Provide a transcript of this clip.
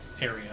area